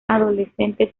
adolescente